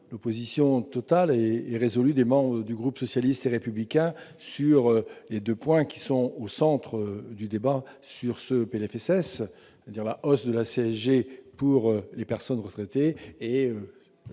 l'opposition totale et résolue des membres du groupe socialiste et républicain aux deux points qui sont au centre de nos débats : la hausse de la CSG pour les personnes retraitées